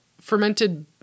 fermented